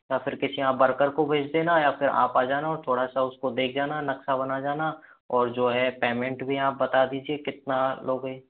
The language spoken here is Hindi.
या फ़िर किसी आप वरकर को भेज देना या फ़िर आप आ जाना और थोड़ा सा उसको देख जाना नक्शा बना जाना और जो है पैमेंट भी आप बता दीजिए कितना लोगे